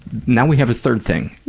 now we have a third thing